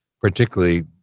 particularly